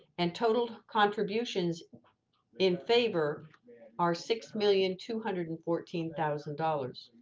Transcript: and total contributions in favor are six million two hundred and fourteen thousand dollars.